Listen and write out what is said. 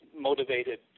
motivated